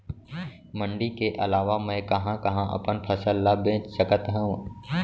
मण्डी के अलावा मैं कहाँ कहाँ अपन फसल ला बेच सकत हँव?